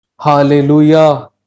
hallelujah